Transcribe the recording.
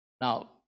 Now